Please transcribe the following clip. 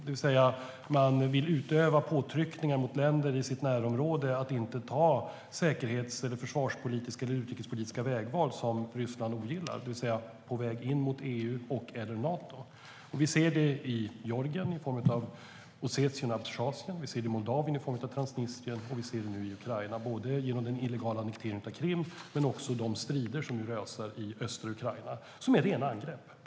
De vill utöva påtryckningar mot länder i sitt närområde att inte göra säkerhetspolitiska, försvarspolitiska eller utrikespolitiska vägval som Ryssland ogillar, det vill säga vägar in mot EU och/eller Nato. Vi ser det i Georgien i form av Ossetien och Abchazien, vi ser det i Moldavien i form av Transnistrien och vi ser det nu i Ukraina - både genom den illegala annekteringen av Krim och de strider, rena angrepp, som nu rasar i östra Ukraina.